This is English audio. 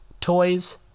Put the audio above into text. toys